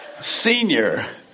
Senior